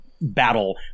battle